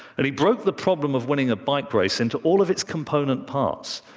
and he broke the problem of winning a bike race into all of its component parts.